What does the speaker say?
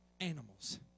animals